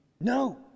No